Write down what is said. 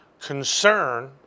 concern